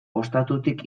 ostatutik